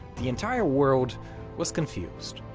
the entire world was confused.